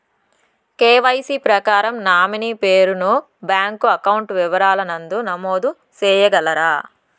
KYC ప్రకారం nominee పేరు ను బ్యాంకు అకౌంట్ వివరాల నందు నమోదు సేయగలరా?